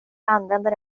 använder